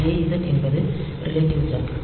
jz என்பது relative jump